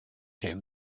came